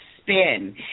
spin